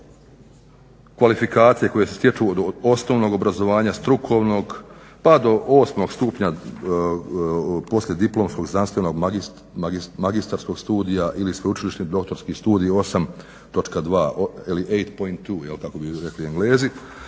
kvalifikacije koje se stječu od osnovnog obrazovanja, strukovnog, pa do 8.stupnja poslijediplomskog, znanstveno, magistarskog studija ili sveučilišnih doktorskih studij 8.2 … /Govornik govori engleski./